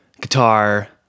guitar